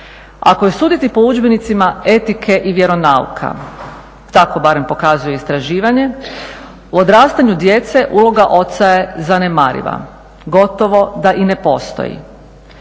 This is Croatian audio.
Ako je suditi po udžbenicima etike i vjeronauka, tako barem pokazuje istraživanja, u odrastanju djece uloga oca je zanemariva, gotovo da i ne postoji.